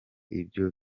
ibyo